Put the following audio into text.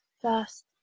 first